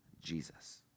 jesus